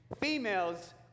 females